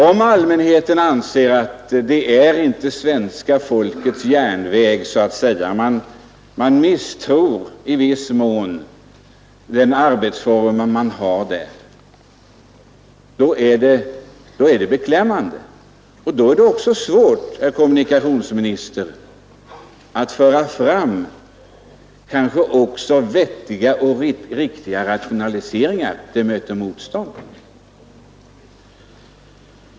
Om allmänheten anser att SJ inte är svenska folkets järnväg utan i viss mån misstror arbetsformerna där, så är det beklämmande. Då är det också svårt, herr kommunikationsminister, att föra fram i och för sig vettiga och riktiga rationaliseringar — det möter motstånd.